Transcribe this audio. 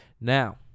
now